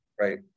Right